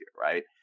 right